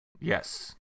Yes